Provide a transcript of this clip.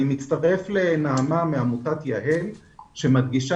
אני מצטרף לנעמה מעמותת יה"ל שמדגישה